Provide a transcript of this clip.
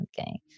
Okay